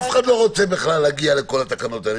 אף אחד לא רוצה בכלל להגיע לכל התקנות האלה,